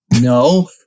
no